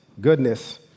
goodness